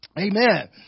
Amen